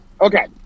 Okay